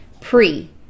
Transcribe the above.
pre